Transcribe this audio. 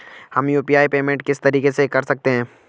हम UPI payment किस तरीके से कर सकते हैं?